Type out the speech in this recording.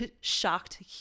shocked